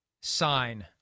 sign